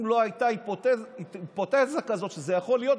אם לא הייתה היפותזה שזה יכול להיות,